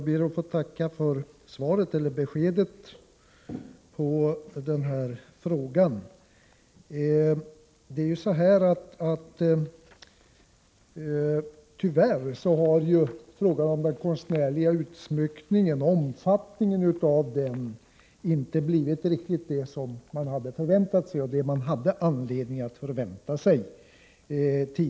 Herr talman! Jag ber att få tacka för svaret på frågan. Tyvärr har omfattningen av den konstnärliga utsmyckningen inte blivit riktigt den som man hade anledning att förvänta sig.